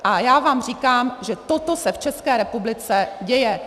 A já vám říkám, že toto se v České republice děje.